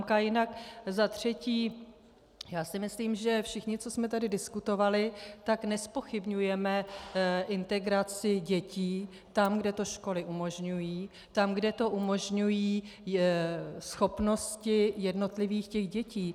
Jinak za třetí, já si myslím, že všichni, co jsme tady diskutovali, nezpochybňujeme integraci dětí tam, kde to školy umožňují, tam, kde to umožňují schopnosti jednotlivých dětí.